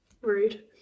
Rude